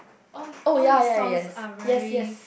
all all his songs are very